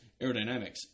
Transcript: aerodynamics